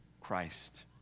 Christ